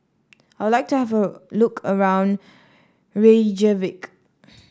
I would like to have a look around Reykjavik